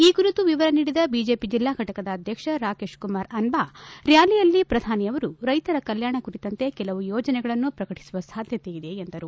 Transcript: ಈ ಕುರಿತು ವಿವರ ನೀಡಿದ ಬಿಜೆಪಿ ಜಿಲ್ಲಾ ಘಟಕದ ಅಧ್ಯಕ್ಷ ರಾಕೇಶ್ ಕುಮಾರ್ ಅನಬಾ ರ್ಕಾಲಿಯಲ್ಲಿ ಪ್ರಧಾನಿಯವರು ರೈತರ ಕಲ್ಕಾಣ ಕುರಿತಂತೆ ಕೆಲವು ಯೋಜನೆಗಳನ್ನು ಪ್ರಕಟಿಸುವ ಸಾಧ್ಯತೆಯಿದೆ ಎಂದರು